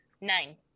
Nine